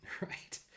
Right